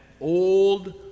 old